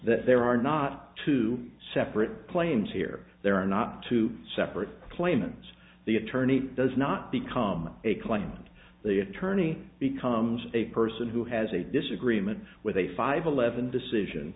that there are not two separate claims here there are not two separate claimants the attorney does not become a client and the attorney becomes a person who has a disagreement with a five eleven decision